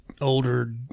older